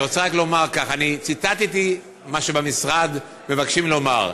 אני רוצה רק לומר כך: אני ציטטתי מה שבמשרד מבקשים לומר,